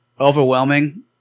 Overwhelming